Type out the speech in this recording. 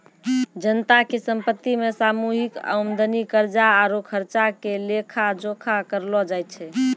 जनता के संपत्ति मे सामूहिक आमदनी, कर्जा आरु खर्चा के लेखा जोखा करलो जाय छै